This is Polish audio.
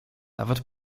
nawet